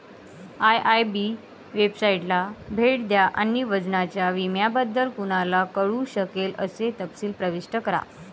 IIB वेबसाइटला भेट द्या आणि वाहनाच्या विम्याबद्दल कोणाला कळू शकेल असे तपशील प्रविष्ट करा